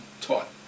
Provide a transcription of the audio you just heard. taught